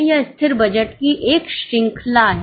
यह स्थिर बजट की एक श्रृंखला है